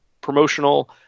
promotional